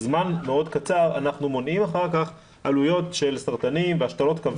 זמן מאוד קצר אנחנו מונעים אחר כך עלויות של סרטנים והשתלות כבד